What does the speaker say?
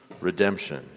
redemption